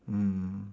mm